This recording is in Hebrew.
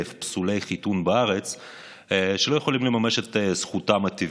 פסולי חיתון שלא יכולים לממש את זכותם הטבעית.